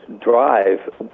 drive